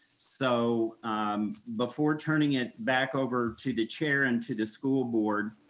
so before turning it back over to the chair and to the school board,